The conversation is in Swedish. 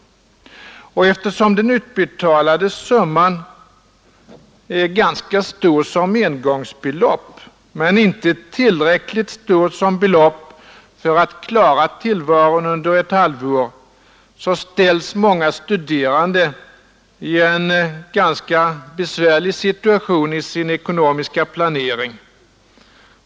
Och eftersom den utbetalade summan är ganska stor som engångsbelopp men inte tillräckligt stor för att man skall kunna klara tillvaron under ett halvår, ställs många studerande i en ganska besvärlig situation i sin ekonomiska planering.